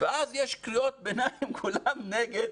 ואז יש קריאות ביניים, כולם נגד.